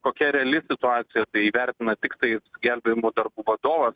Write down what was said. kokia reali situacija tai įvertina tiktai gelbėjimo darbų vadovas